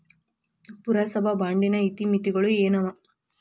ಪುರಸಭಾ ಬಾಂಡಿನ ಇತಿಮಿತಿಗಳು ಏನವ?